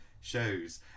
shows